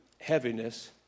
heaviness